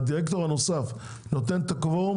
והדירקטור הנוסף נותן את הקוורום,